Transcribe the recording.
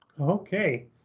Okay